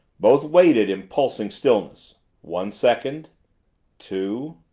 both waited, in pulsing stillness one second two.